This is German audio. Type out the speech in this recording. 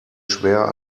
schwer